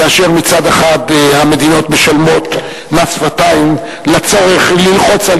כאשר מצד אחד המדינות משלמות מס שפתיים לצורך ללחוץ על